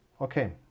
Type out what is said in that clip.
Okay